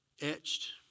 etched